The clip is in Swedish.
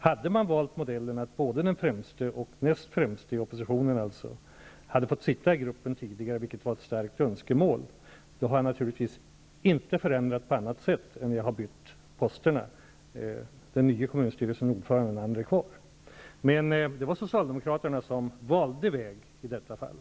Hade man valt modellen att både den främste och den näst främste, dvs. oppositionen, hade fått sitta i gruppen tidigare -- vilket var ett starkt önskemå l -- hade jag inte gjort någon annan förändring än ett byte av posterna, dvs. den nye ordföranden för kommunstyrelsen skulle komma med och den tidi gare skulle ha fått vara kvar. Men det var socialdemokraterna som valde väg i detta fall.